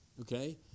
Okay